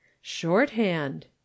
SHORTHAND